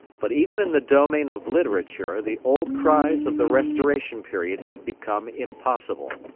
but even in the domain of literature the old cries of the restoration period had become impossible.